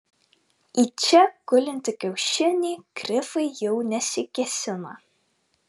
į čia gulintį kiaušinį grifai jau nesikėsina